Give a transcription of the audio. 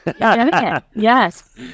Yes